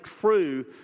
true